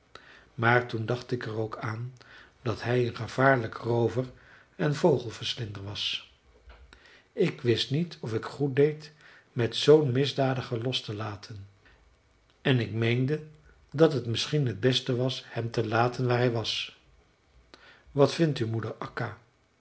maar toen dacht ik er ook aan dat hij een gevaarlijk roover en vogelverslinder was ik wist niet of ik goed deed met zoo'n misdadiger los te laten en ik meende dat het misschien t beste was hem te laten waar hij was wat vindt u moeder